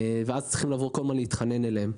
ואנחנו נצטרך כל הזמן לבוא להתחנן אליהם.